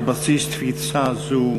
על בסיס תפיסה זו